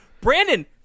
Brandon